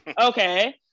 Okay